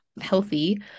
healthy